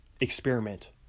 experiment